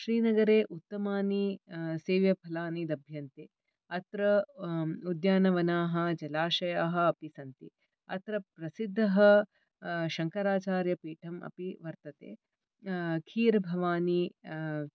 श्रीनगरे उत्तमानि सेव्यफलानि लभ्यन्ते अत्र उद्यानवनाः जलाशयाःअपि सन्ति अत्र प्रसिद्धः शंकाराचार्यपीठमपि वर्तते कीर् भवानि